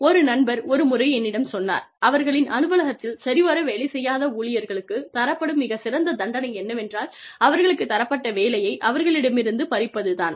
ஒரு நண்பர் ஒரு முறை என்னிடம் சொன்னார் அவர்களின் அலுவலகத்தில் சரிவர வேலை செய்யாத ஊழியர்களுக்குத் தரப்படும் மிகச் சிறந்த தண்டனை என்னவென்றால் அவர்களுக்குத் தரப்பட்ட வேலையை அவர்களிடமிருந்து பறிப்பது தான்